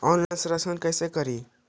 Online ऋण कैसे जमा करी?